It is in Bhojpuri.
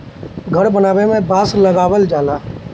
घर बनावे में बांस लगावल जाला